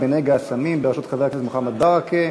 בנגע הסמים בראשות חבר הכנסת מוחמד ברכה.